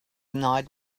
night